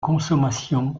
consommation